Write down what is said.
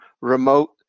remote